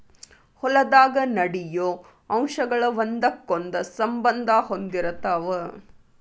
ಹೊಲದಾಗ ನಡೆಯು ಅಂಶಗಳ ಒಂದಕ್ಕೊಂದ ಸಂಬಂದಾ ಹೊಂದಿರತಾವ